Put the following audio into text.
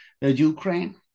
Ukraine